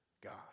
God